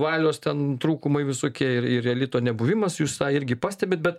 valios ten trūkumai visokie ir ir elito nebuvimas jūs tą irgi pastebit bet